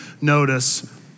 notice